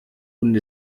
und